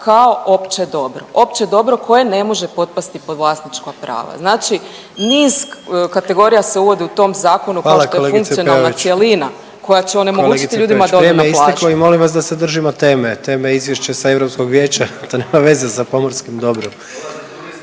kao opće dobro. Opće dobro koje ne može potpasti pod vlasnička prava. Znači niz kategorija se uvodi u tom zakonu …/Upadica: Hvala kolegice Peović./… pošto je funkcionalna cjelina koja će onemogućiti ljudima da odu na plažu.